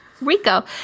Rico